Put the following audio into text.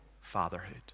fatherhood